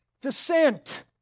descent